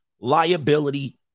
liability